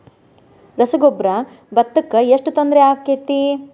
ರಸಗೊಬ್ಬರ, ಭತ್ತಕ್ಕ ಎಷ್ಟ ತೊಂದರೆ ಆಕ್ಕೆತಿ?